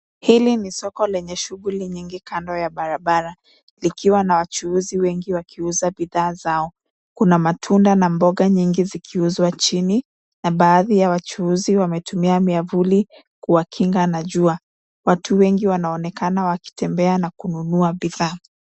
Hili ni soko lenye shuguli nyingi kando ya barabara likiwa na wachuuzi wengi wakiuza bidhaa zao. Kuna matunda na mboga nyingi zikiuzwa chini na baadhi ya wachuuzi wametumia miavuli kuwakinga na jua. Watu wengi wanaonekana wakitembea na kununua bidhaa.